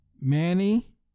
Manny